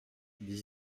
dix